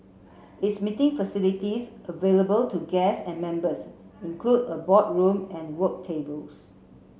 its meeting facilities available to guests and members include a boardroom and work tables